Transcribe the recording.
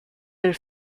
nel